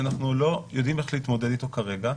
שאנחנו לא יודעים איך להתמודד אתו כרגע.